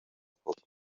koko